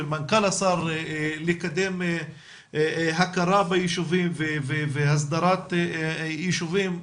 של מנכ"ל המשרד לקדם הכרה בישובים והסדרת ישובים,